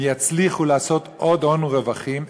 הם יצליחו לעשות עוד הון ורווחים,